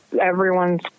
everyone's